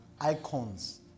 icons